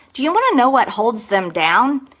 do you want to know what holds them down?